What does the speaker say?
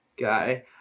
guy